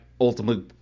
ultimately